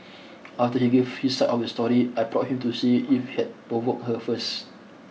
after he gave his side of the story I probed him to see if he had provoked her first